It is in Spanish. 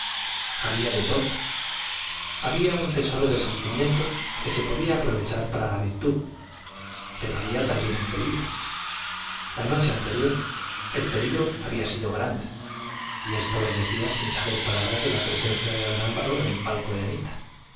había de todo había un tesoro de sentimiento que se podía aprovechar para la virtud pero había también un peligro la noche anterior el peligro había sido grande y esto lo decía sin saber palabra de la presencia de don álvaro en el palco de anita y era necesario evitar la repetición de accesos por el